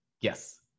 Yes